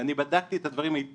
ואני בדקתי את הדברים היטב.